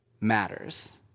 matters